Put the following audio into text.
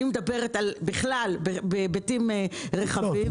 אני מדברת על היבטים רחבים.